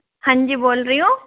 हाँ जी बोल रही हूँ